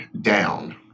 down